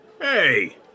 Hey